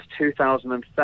2007